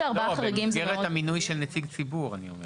במסגרת המינוי של נציג ציבור.